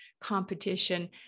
competition